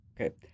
Okay